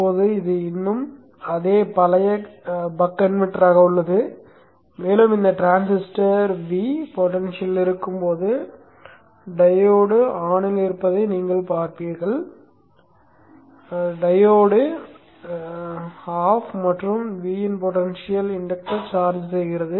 இப்போது இது இன்னும் அதே பழைய பக் கன்வெர்ட்டராக உள்ளது மேலும் இந்த டிரான்சிஸ்டர் V பொடென்ஷியல் இருக்கும் போது டையோடு On ஆக இருப்பதை நீங்கள் பார்ப்பீர்கள் டையோடு off மற்றும் V பொடென்ஷியல் இண்டக்டர் சார்ஜ் செய்கிறது